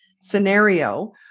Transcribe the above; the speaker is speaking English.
scenario